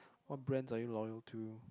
what brands are you loyal to